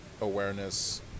awareness